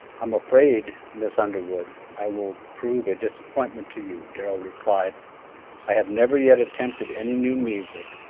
i'm afraid, miss underwood, i will prove a disappointment to you, darrell replied i have never yet attempted any new music,